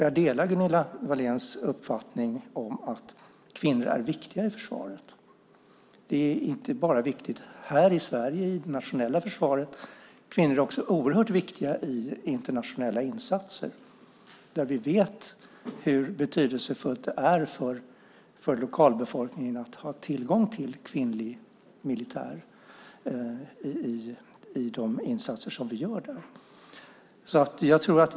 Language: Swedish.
Jag delar Gunilla Wahléns uppfattning att kvinnor är viktiga i försvaret. Det är inte bara viktigt här i Sverige i det nationella försvaret. Kvinnor är också oerhört viktiga i internationella insatser. Vi vet hur betydelsefullt det är för lokalbefolkningen att ha tillgång till kvinnlig militär i de insatser som vi gör.